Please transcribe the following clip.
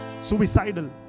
suicidal